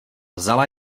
vzala